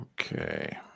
Okay